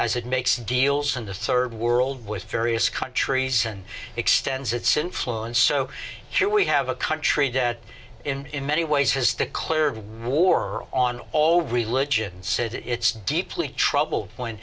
as it makes deals in the rd world with various countries and extends its influence so here we have a country that in many ways has declared war on all religions said it's deeply trouble when